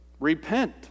repent